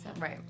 Right